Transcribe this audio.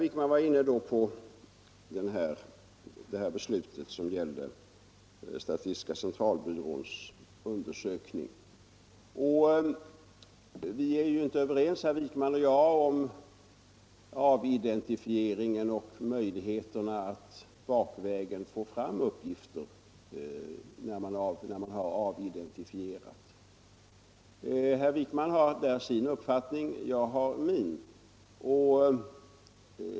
Så var herr Wijkman inne på det beslut som gällde statistiska centralbyråns undersökning. Han och jag är inte överens om möjligheterna att bakvägen få fram uppgifter när man har avidentifierat. Herr Wijkman har därvidlag sin uppfattning, och jag har min.